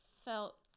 felt